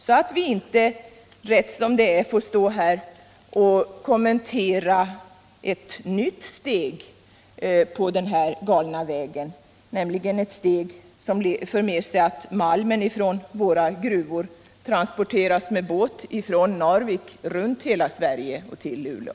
Annars får vi rätt som det är stå här och kommentera ett nytt steg på denna galna väg: malmen från våra gruvor kanske skulle transporteras med båt från Narvik runt hela Sverige och till Luleå.